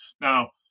Now